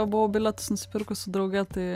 buvau bilietus nusipirkus su drauge tai